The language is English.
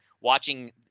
watching